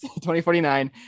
2049